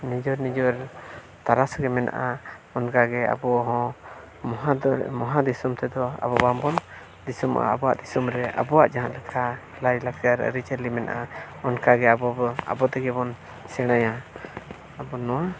ᱱᱤᱡᱮᱨᱼᱱᱤᱡᱮᱨ ᱛᱟᱨᱟᱥ ᱜᱮ ᱢᱮᱱᱟᱜᱼᱟ ᱚᱱᱠᱟᱜᱮ ᱟᱵᱚᱦᱚᱸ ᱢᱚᱦᱟ ᱢᱚᱦᱟ ᱫᱤᱥᱚᱢ ᱛᱮᱫᱚ ᱟᱵᱚ ᱵᱟᱝᱵᱚᱱ ᱫᱤᱥᱚᱢᱚᱜᱼᱟ ᱟᱵᱚᱣᱟᱜ ᱫᱤᱥᱚᱢ ᱨᱮ ᱟᱵᱚᱣᱟᱜ ᱡᱟᱦᱟᱸ ᱞᱮᱠᱟ ᱞᱟᱭᱼᱞᱟᱠᱪᱟᱨ ᱟᱹᱨᱤᱪᱟᱹᱞᱤ ᱢᱮᱱᱟᱜᱼᱟ ᱚᱱᱠᱟᱜᱮ ᱟᱵᱚ ᱵᱚᱱ ᱟᱵᱚ ᱛᱮᱜᱮ ᱵᱚᱱ ᱥᱮᱬᱟᱭᱟ ᱟᱵᱚ ᱱᱚᱣᱟ